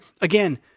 again